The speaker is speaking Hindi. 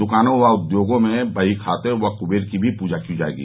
दकानों व उद्योगों में बहीखाते व क्बेर की भी पूजा की जाएगी